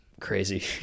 crazy